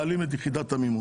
כאשר מעלים את יחידת המימון.